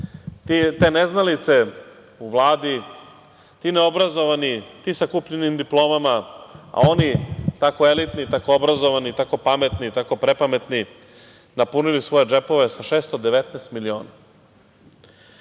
te neznalice u Vladi, ti neobrazovani, ti sa kupljenim diplomama, a oni tako elitni, tako obrazovani, tako pametni, tako prepametni napunili svoje džepove sa 619 miliona. Ako